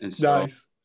Nice